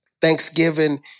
Thanksgiving